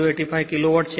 085 kilowatt છે